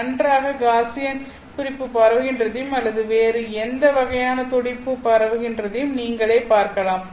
நன்றாக காஸியன் துடிப்பு பரவுகின்றதையும் அல்லது வேறு எந்த வகையான துடிப்பும் பரவுகின்றதையும் நீங்களே பார்க்கலாம்